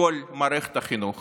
בכל מערכת החינוך